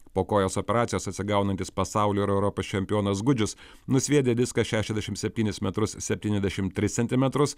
po kojos operacijos atsigaunantis pasaulio ir europos čempionas gudžius nusviedė diską šešiasdešim septynis metrus septyniasdešim tris centimetrus